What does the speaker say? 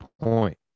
point